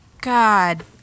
God